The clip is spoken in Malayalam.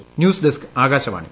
പ്രി ന്യൂസ് ഡെസ്ക് ആകാശ്വാണി